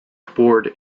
toward